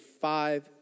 five